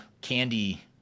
candy